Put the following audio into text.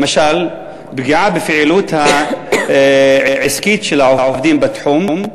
למשל, פגיעה בפעילות העסקית של העובדים בתחום,